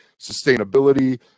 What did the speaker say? sustainability